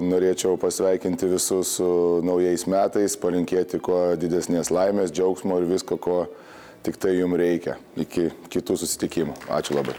norėčiau pasveikinti visus su naujais metais palinkėti kuo didesnės laimės džiaugsmo ir visko ko tiktai jum reikia iki kitų susitikimų ačiū labai